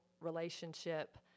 relationship